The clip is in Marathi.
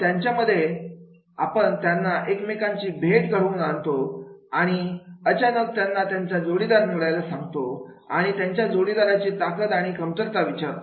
त्याच्यामध्ये आपण त्यांना एकमेकांची भेट घडवून आणतो आणि आणि अचानक त्यांना त्यांचा जोडीदार निवडायला सांगतो आणि आणि त्यांच्या जोडीदाराच्या ताकद आणि कमतरता विचारतो